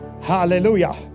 Hallelujah